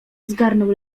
zgarnął